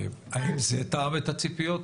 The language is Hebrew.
האם זה תאם את הציפיות?